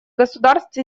государств